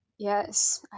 Yes